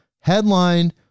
headline